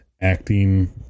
acting